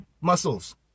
muscles